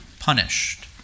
punished